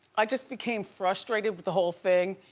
i just became frustrated with the whole thing,